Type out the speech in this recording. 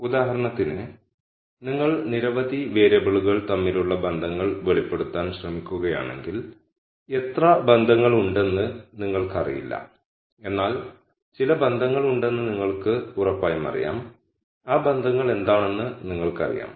ഉദാഹരണത്തിന് നിങ്ങൾ നിരവധി വേരിയബിളുകൾ തമ്മിലുള്ള ബന്ധങ്ങൾ വെളിപ്പെടുത്താൻ ശ്രമിക്കുകയാണെങ്കിൽ എത്ര ബന്ധങ്ങൾ ഉണ്ടെന്ന് നിങ്ങൾക്കറിയില്ല എന്നാൽ ചില ബന്ധങ്ങൾ ഉണ്ടെന്ന് നിങ്ങൾക്ക് ഉറപ്പായും അറിയാം ആ ബന്ധങ്ങൾ എന്താണെന്ന് നിങ്ങൾക്കറിയാം